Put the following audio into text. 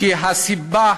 כי הסיבה